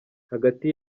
hagati